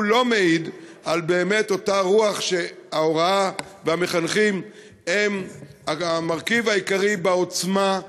לא מעיד באמת על אותה רוח שההוראה והמחנכים הם המרכיב העיקרי בעוצמה,